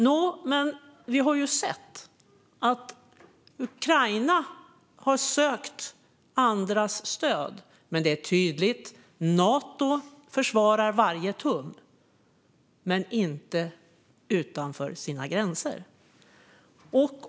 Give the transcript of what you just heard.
Nå, vi har ju sett att Ukraina har sökt andras stöd men att följande är tydligt: Nato försvarar varje tum - men inte utanför sina gränser.